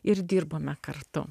ir dirbome kartu